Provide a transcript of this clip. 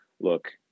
look